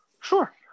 Sure